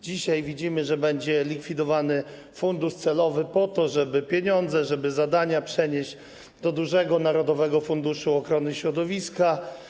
Dzisiaj widzimy, że będzie likwidowany fundusz celowy, po to żeby pieniądze, żeby zadania przenieść do dużego narodowego funduszu ochrony środowiska.